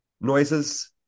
noises